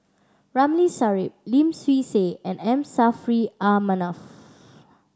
Ramli Sarip Lim Swee Say and M Saffri A Manaf